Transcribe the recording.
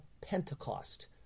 Pentecost